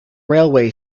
railway